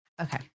Okay